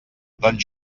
doncs